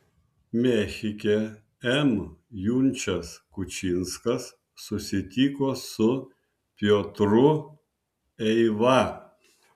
mechike m junčas kučinskas susitiko su piotru eiva